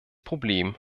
problem